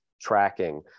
tracking